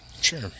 sure